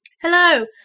Hello